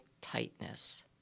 tightness